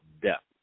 depth